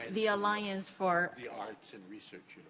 the alliance for? the arts and research